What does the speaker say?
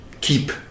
keep